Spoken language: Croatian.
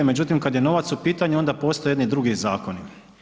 Međutim, kad je novac u pitanju onda postoje jedni drugi zakoni.